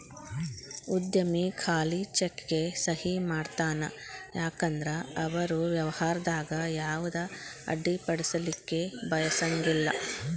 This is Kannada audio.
ಉದ್ಯಮಿ ಖಾಲಿ ಚೆಕ್ಗೆ ಸಹಿ ಮಾಡತಾನ ಯಾಕಂದ್ರ ಅವರು ವ್ಯವಹಾರದಾಗ ಯಾವುದ ಅಡ್ಡಿಪಡಿಸಲಿಕ್ಕೆ ಬಯಸಂಗಿಲ್ಲಾ